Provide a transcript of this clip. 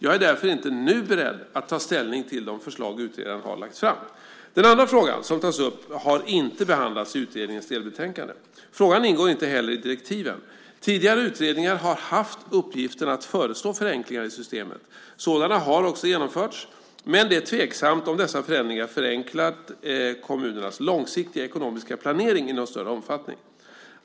Jag är därför inte nu beredd att ta ställning till de förslag utredaren har lagt fram. Den andra frågan som tas upp har inte behandlats i utredningens delbetänkande; frågan ingår inte heller i direktiven. Tidigare utredningar har haft uppgiften att föreslå förenklingar i systemet. Sådana har också genomförts men det är tveksamt om dessa förändringar förenklat kommunernas långsiktiga ekonomiska planering i någon större omfattning.